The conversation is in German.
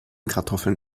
kartoffeln